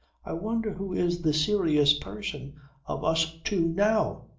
i wonder who is the serious person of us two now.